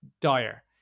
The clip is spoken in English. dire